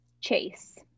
Chase